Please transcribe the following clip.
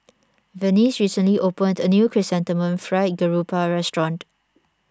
Vernice recently opened a new Chrysanthemum Fried Garoupa restaurant